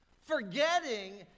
Forgetting